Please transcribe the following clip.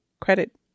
credit